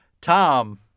Tom